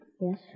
Yes